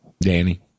Danny